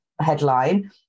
headline